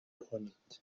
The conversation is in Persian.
کنید